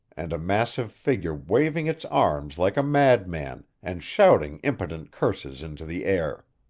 and a massive figure waving its arms like a madman, and shouting impotent curses into the air.